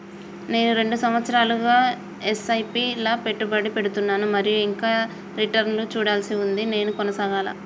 నేను రెండు సంవత్సరాలుగా ల ఎస్.ఐ.పి లా పెట్టుబడి పెడుతున్నాను మరియు ఇంకా రిటర్న్ లు చూడాల్సి ఉంది నేను కొనసాగాలా?